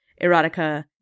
Erotica